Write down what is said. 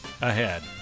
ahead